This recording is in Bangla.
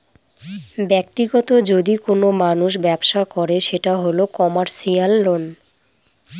ব্যাক্তিগত যদি কোনো মানুষ ব্যবসা করে সেটা হল কমার্সিয়াল লোন